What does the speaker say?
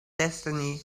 destiny